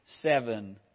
seven